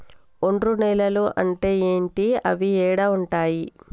ఒండ్రు నేలలు అంటే ఏంటి? అవి ఏడ ఉంటాయి?